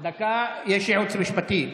דקה, יש ייעוץ משפטי.